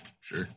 sure